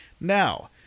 Now